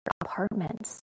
apartments